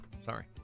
sorry